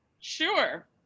sure